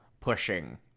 pushing